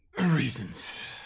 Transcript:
reasons